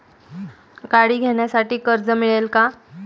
गाडी घेण्यासाठी कर्ज मिळेल का?